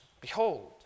Behold